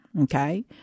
Okay